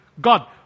God